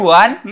one